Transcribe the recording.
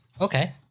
okay